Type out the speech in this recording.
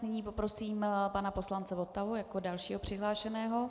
Nyní poprosím pana poslance Votavu jako dalšího přihlášeného.